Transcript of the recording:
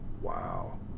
wow